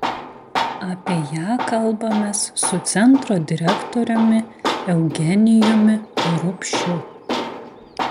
apie ją kalbamės su centro direktoriumi eugenijumi rupšiu